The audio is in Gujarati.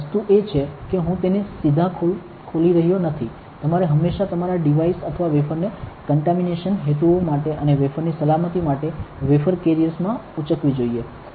વસ્તુ એ છે કે હું તેને સીધા ખોલી રહ્યો નથી તમારે હંમેશાં તમારા ડિવાઇસ અથવા વેફરને કંટામીનેશન હેતુઓ માટે અને વેફરની સલામતી માટે વેફર કેરિયર્સ માં ઉચકવી જોઈએ